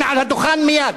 תתרחק מפה, תתרחק.